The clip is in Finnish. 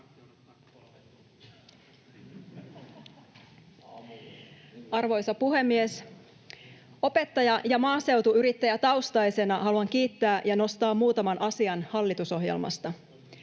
Arvoisa puhemies! Opettaja- ja maaseutuyrittäjätaustaisena haluan kiittää ja nostaa muutaman asian hallitusohjelmasta: